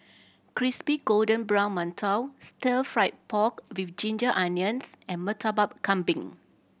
crispy golden brown mantou Stir Fried Pork With Ginger Onions and Murtabak Kambing